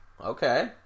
Okay